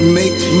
make